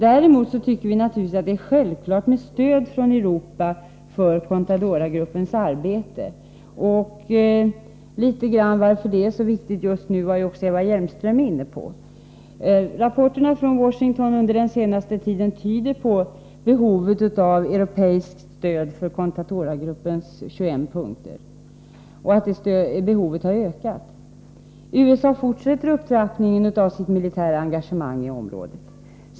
Däremot tycker vi naturligtvis att det är självklart med stöd från Europa för Contadoragruppens arbete. Varför detta är så viktigt just nu var också Eva Hjelmström inne på. Rapporterna från Washington under den senaste tiden tyder på behovet av europeiskt stöd för Contadoragruppens 21 punkter. Det behovet har ökat. USA fortsätter upptrappningen av sitt militära engangemang i området.